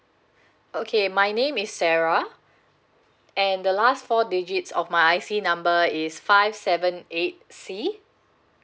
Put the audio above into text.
okay my name is sarah and the last four digits of my I_C number is five seven eight C